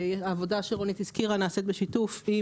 העבודה שרונית הזכירה נעשית בשיתוף עם